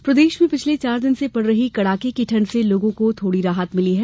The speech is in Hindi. मौसम प्रदेश में पिछले चार दिन से पड़ रही कड़ाके की ठंड से लोगों को थोड़ी राहत मिली है